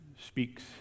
speaks